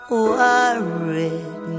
worried